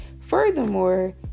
Furthermore